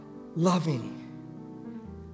loving